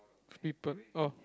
free perk oh